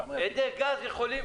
הירושימה.